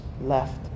left